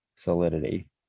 solidity